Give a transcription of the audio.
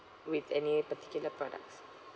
with any particular products